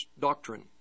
doctrine